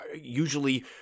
usually